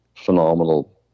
phenomenal